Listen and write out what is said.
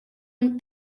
een